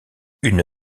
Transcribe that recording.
une